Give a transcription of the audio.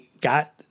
got